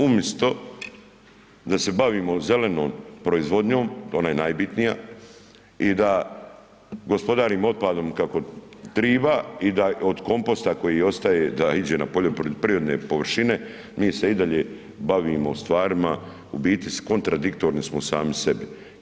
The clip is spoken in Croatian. Umisto da se bavimo zelenom proizvodnjom, ona je najbitnija i da gospodarimo otpadom kako triba i da od komposta koji ostaje da iđe na poljoprivredne površine, mi se i dalje bavimo stvarima u biti s kontradiktorni smo sami sebi.